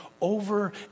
over